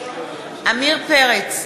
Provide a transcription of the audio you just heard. עמיר פרץ,